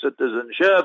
citizenship